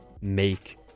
make